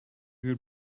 would